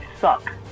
suck